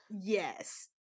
yes